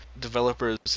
developers